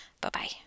Bye-bye